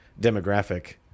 demographic